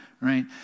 right